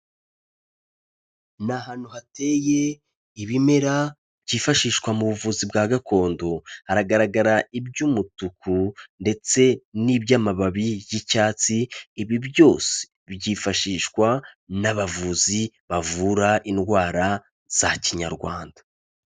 Ni ahantu hateye ibimera byifashishwa mu buvuzi bwa gakondo, haragaragara iby'umutuku ndetse n'iby'amababi y'icyatsi, ibi byose byifashishwa n'abavuzi bavura indwara za kinyarwanda.